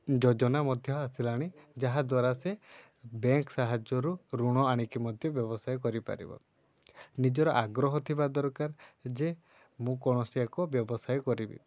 ଯୋଜନା ମଧ୍ୟ ଆସିଲାଣି ଯାହାଦ୍ୱାରା ସେ ବ୍ୟାଙ୍କ୍ ସାହାଯ୍ୟରୁ ଋଣ ଆଣିକି ମଧ୍ୟ ବ୍ୟବସାୟ କରିପାରିବ ନିଜର ଆଗ୍ରହ ଥିବା ଦରକାର ଯେ ମୁଁ କୌଣସି ଏକ ବ୍ୟବସାୟ କରିବି